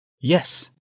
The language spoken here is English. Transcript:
Yes